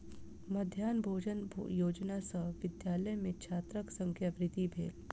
मध्याह्न भोजन योजना सॅ विद्यालय में छात्रक संख्या वृद्धि भेल